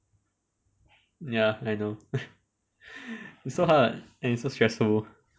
ya I know it's so hard and it's so stressful